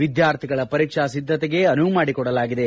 ವಿದ್ಯಾರ್ಥಿಗಳ ಪರೀಕ್ಷಾ ಸಿದ್ದತೆಗೆ ಅನುವು ಮಾಡಿಕೊಡಲಾಗಿದೆ